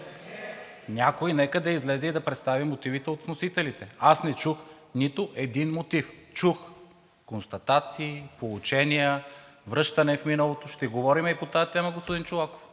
нека да излезе и да представи мотивите. Аз не чух нито един мотив. Чух констатации, поучения, връщане в миналото – ще говорим и по тази тема, господин Чолаков,